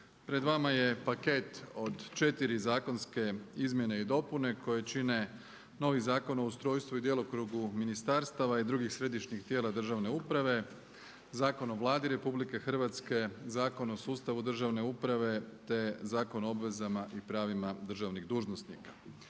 Pred vama je paket od 4 zakonske izmjene i dopune koje čine novi Zakon o ustrojstvu i djelokrugu ministarstava i drugih središnjih tijela državne uprave, Zakon o Vladi Republike Hrvatske, Zakon o sustavu državne uprave te Zakon o obvezama i pravima držanih dužnosnika.